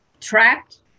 trapped